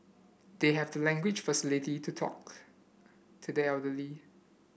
they have the language faculty to talk to the elderly